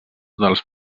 dels